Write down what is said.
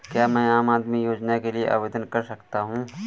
क्या मैं आम आदमी योजना के लिए आवेदन कर सकता हूँ?